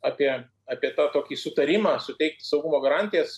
apie apie tą tokį sutarimą suteikt saugumo garantijas